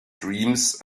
dreams